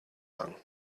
lang